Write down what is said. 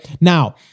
Now